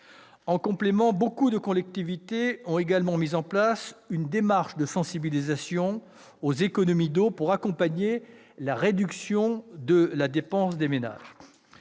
En complément, nombre de collectivités territoriales ont également mis en place une démarche de sensibilisation aux économies d'eau, afin d'accompagner la réduction de la dépense des ménages.